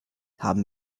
haben